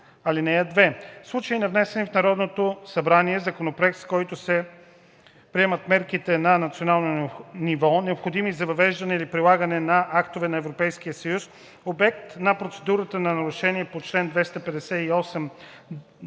(2) В случай на внесен в Народното събрание законопроект, с който се приемат мерки на национално ниво, необходими за въвеждане или прилагане на актове на Европейския съюз – обект на процедура за нарушение по чл. 258 –